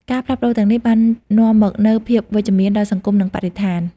ការផ្លាស់ប្តូរទាំងនេះបាននាំមកនូវភាពវិជ្ជមានដល់សង្គមនិងបរិស្ថាន។